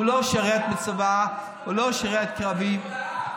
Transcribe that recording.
הוא לא שירת בצבא, הוא לא שירת קרבי.